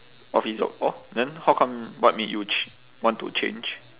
office job orh then how come what made you ch~ want to change